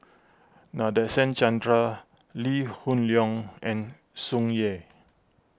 Nadasen Chandra Lee Hoon Leong and Tsung Yeh